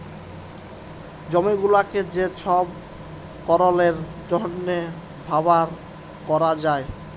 জমি গুলাকে যে ছব কারলের জ্যনহে ব্যাভার ক্যরা যায়